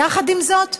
יחד עם זאת,